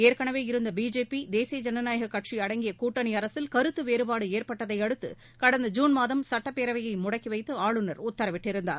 ஏற்கனவே இருந்த பிஜேபி தேசிய ஜனநாயக கட்சி அடங்கிய கூட்டணி அரசில் கருத்து வேறுபாடு ஏற்பட்டதையடுத்து கடந்த ஜூன் மாதம் சுட்டப்பேரவையை முடக்கி வைத்து ஆளுநர் உத்தரவிட்டிருந்தார்